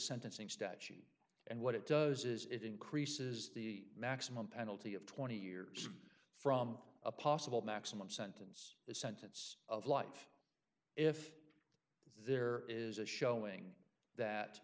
statute and what it does is it increases the maximum penalty of twenty years from a possible maximum sentence the sentence of life if there is a showing that